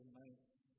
night's